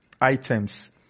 items